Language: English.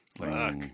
Fuck